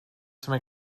some